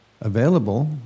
available